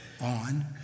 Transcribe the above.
on